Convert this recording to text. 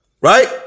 Right